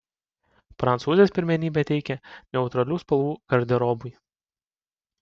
prancūzės pirmenybę teikia neutralių spalvų garderobui